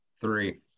three